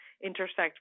intersect